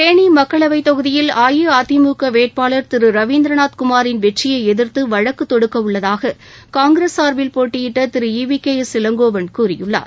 தேனி மக்களவைத் தொகுதியில் அஇஅதிமுக வேட்பாளர் திரு ரவீந்திரநாத் குமாரின் வெற்றியை எதிர்த்து வழக்கு தொடுக்கவுள்ளதாக காங்கிரஸ் சார்பில் போட்டியிட்ட திரு E V K S Elangovan கூறியுள்ளார்